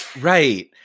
right